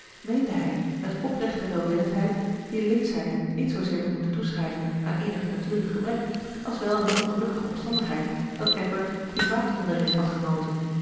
meende hij met oprechte welwillendheid die linkschheid niet zoozeer te moeten toeschrijven aan eenig natuurlijk gebrek als wel aan de ongelukkige omstandigheid dat edward privaat onderricht had genoten